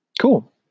cool